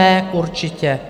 Mé určitě.